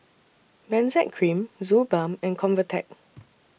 Benzac Cream Suu Balm and Convatec